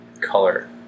color